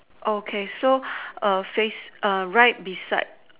okay so face right beside